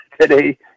today